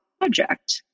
project